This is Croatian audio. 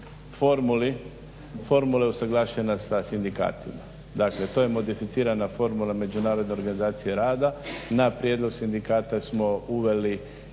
o formuli usuglašena sa sindikatima, dakle to je modificirana formula međunarodne organizacije rada. Na prijedlog sindikata smo uveli